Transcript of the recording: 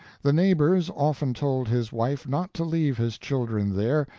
the neighbors often told his wife not to leave his children there,